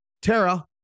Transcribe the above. Tara